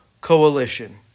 coalition